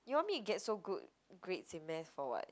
you want me to get so good grades in math for [what]